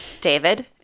David